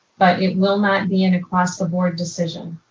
but it will not be an across the board decision.